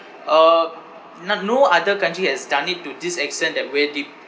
uh not no other country has done it to this extent that where they